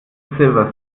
was